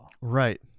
Right